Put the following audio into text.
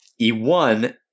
E1